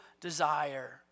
desire